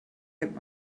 kennt